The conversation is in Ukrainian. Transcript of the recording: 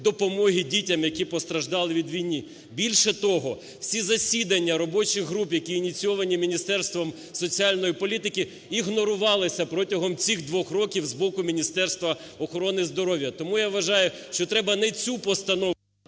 допомоги дітям, які постраждали від війни. Більше того, всі засідання робочих груп, які ініційовані Міністерством соціальної політики, ігнорувалися протягом цих двох років з боку Міністерства охорони здоров'я. Тому я вважаю, що треба не цю постанову...